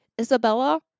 Isabella